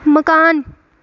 मकान